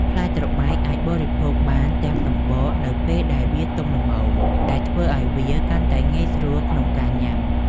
ផ្លែត្របែកអាចបរិភោគបានទាំងសំបកនៅពេលដែលវាទុំល្មម ដែលធ្វើឲ្យវាកាន់តែងាយស្រួលក្នុងការញ៉ាំ។